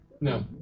No